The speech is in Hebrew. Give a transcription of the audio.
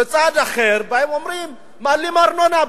בצד אחר באים ואומרים: מעלים ארנונה.